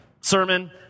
sermon